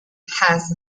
has